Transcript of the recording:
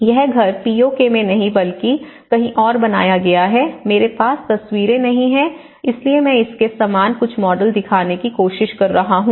यह घर पीओके में नहीं बल्कि कहीं और बनाया गया है मेरे पास तस्वीरें नहीं हैं इसलिए मैं उसके समान कुछ मॉडल दिखाने की कोशिश कर रहा हूँ